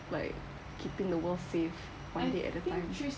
like keeping the world safe one day at a time